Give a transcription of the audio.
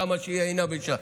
שם שיהיה עינא בישא.